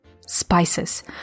Spices